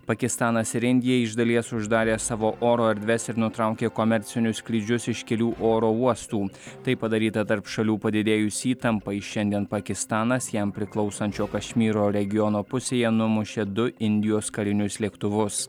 pakistanas ir indija iš dalies uždarė savo oro erdves ir nutraukė komercinius skrydžius iš kelių oro uostų tai padaryta tarp šalių padidėjus įtampai šiandien pakistanas jam priklausančio kašmyro regiono pusėje numušė du indijos karinius lėktuvus